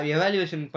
Evaluation